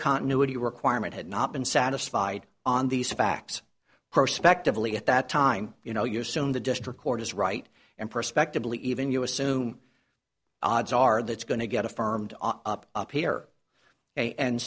continuity requirement had not been satisfied on these facts perspectively at that time you know you assume the district court is right and prospectively even you assume odds are that's going to get affirmed up here and